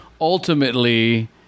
ultimately